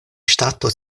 ŝtato